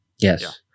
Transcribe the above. Yes